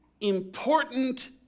important